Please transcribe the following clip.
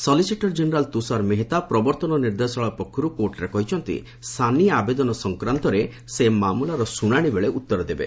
solicitor general Tushar Mehta ପ୍ରବର୍ତ୍ତନ ନିର୍ଦ୍ଦେଶାଳୟ ପକ୍ଷରୁ କୋର୍ଟ୍ରେ କହିଛନ୍ତି ସାନି ଆବେଦନ ସଂକ୍ରାନ୍ତରେ ସେ ମାମଲାର ଶୁଣାଣି ବେଳେ ଉତ୍ତର ଦେବେ